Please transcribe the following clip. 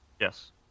Yes